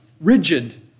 rigid